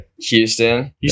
Houston